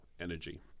energy